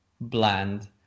bland